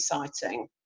exciting